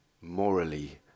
morally